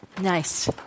Nice